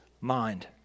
mind